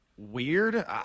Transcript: Weird